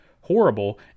Horrible